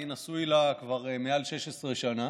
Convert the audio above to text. אני נשוי לה כבר מעל 16 שנה.